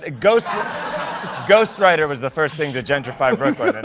ah ghost ghostwriter was the first thing to gentrify and brooklyn. and